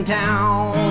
town